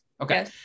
Okay